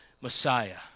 Messiah